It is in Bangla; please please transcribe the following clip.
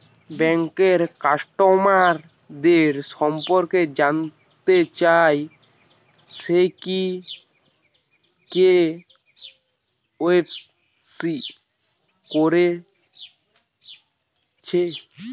ব্যাংক কাস্টমারদের সম্পর্কে জানতে চাই সে কি কে.ওয়াই.সি কোরেছে